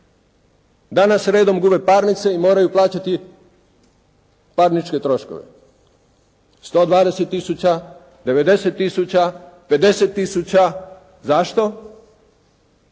Danas redom gube parnice i moraju plaćati parnične troškove. 120 tisuća, 90 tisuća, 50 tisuća. Zašto?